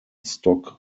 stock